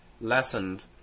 lessened